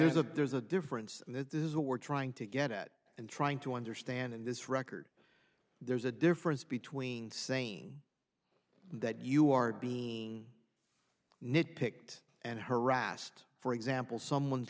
there's a there's a difference and that is what we're trying to get at and trying to understand in this record there's a difference between saying that you are being nit picked and harassed for example someone's